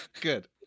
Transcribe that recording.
Good